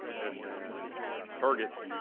and then target